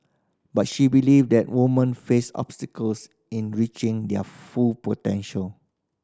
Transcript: but she believe that woman face obstacles in reaching their full potential